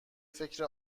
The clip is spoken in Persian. فکر